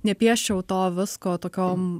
nepieščiau to visko tokiom